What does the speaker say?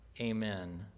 Amen